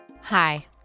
Hi